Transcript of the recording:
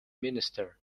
minister